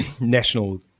National